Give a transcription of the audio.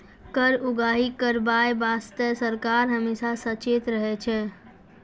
कर उगाही करबाय बासतें सरकार हमेसा सचेत रहै छै